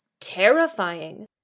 Terrifying